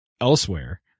elsewhere